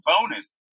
bonus